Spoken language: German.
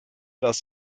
das